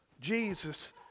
Jesus